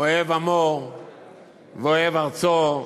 אוהב עמו ואוהב ארצו,